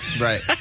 Right